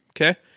Okay